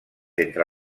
entre